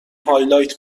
هایلایت